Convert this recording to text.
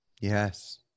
Yes